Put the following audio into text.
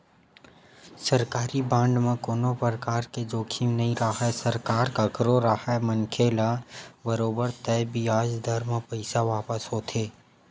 सरकारी बांड म कोनो परकार के जोखिम नइ राहय सरकार कखरो राहय मनखे ल बरोबर तय बियाज दर म पइसा वापस होथे